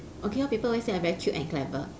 okay lor people always say I very cute and clever